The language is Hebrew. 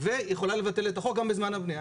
והיא יכולה לבטל את החוק גם בזמן הבנייה.